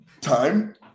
time